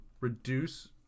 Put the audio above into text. Reduce